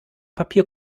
papier